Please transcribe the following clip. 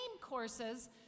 courses